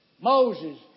Moses